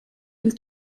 dem